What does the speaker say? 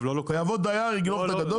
יבוא דייר ויגנוב את הגדול?